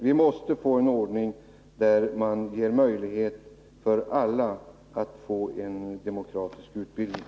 Vi måste få en ordning som ger en demokratisk möjlighet för alla att få utbildning.